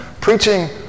preaching